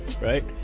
right